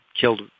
killed